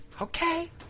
okay